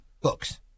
books